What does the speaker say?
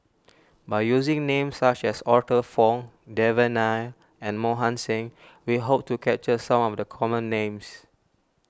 by using names such as Arthur Fong Devan Nair and Mohan Singh we hope to capture some of the common names